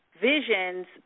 visions